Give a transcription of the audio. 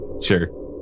sure